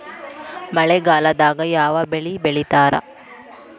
ಮಳೆಗಾಲದಾಗ ಯಾವ ಬೆಳಿ ಬೆಳಿತಾರ?